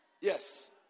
Yes